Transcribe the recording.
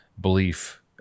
belief